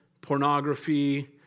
pornography